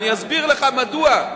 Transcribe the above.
אני אסביר לך מדוע.